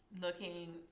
looking